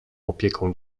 opieką